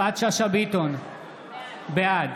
בעד